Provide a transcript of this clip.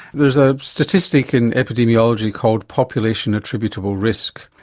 there's a statistic in epidemiology called population attributable risk,